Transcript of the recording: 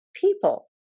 people